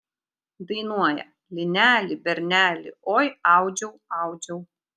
dainuoja lineli berneli oi audžiau audžiau